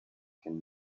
can